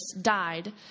died